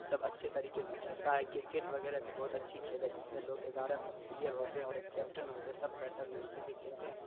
سب اچھے طریقے سے کھیلتا ہے کرکٹ وغیرہ بھی بہت اچھی کھیل ہے جس میں لوگ گیارہ پلیئر ہوتے ہیں اور ایک کیپٹن ہوتے ہیں سب بہتر طریقے سے کھیلتے ہیں